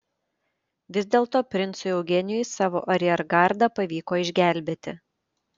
vis dėlto princui eugenijui savo ariergardą pavyko išgelbėti